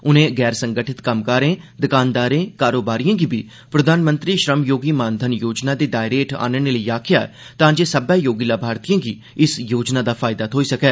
उर्ने गैरसंगठिक कम्मगारें दकानदारें करोबारियें गी बी प्रधानमंत्री श्रमयोगी मानधन योजना दे दायरे हैठ आनने लेई आक्खेया तां जे सब्बै योग्य लाभर्थियें गी इस योजना दा फायदा थ्होई सकै